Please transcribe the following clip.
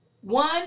one